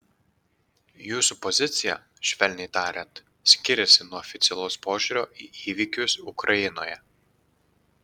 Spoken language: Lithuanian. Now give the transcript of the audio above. jūsų pozicija švelniai tariant skiriasi nuo oficialaus požiūrio į įvykius ukrainoje